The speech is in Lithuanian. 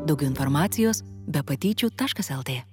daug informacijos be patyčių taškas lt